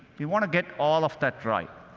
we want to get all of that right.